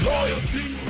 Loyalty